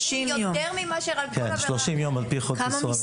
זה בסביבות שלושה ארבעה